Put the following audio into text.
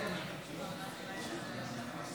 אדוני היושב-ראש,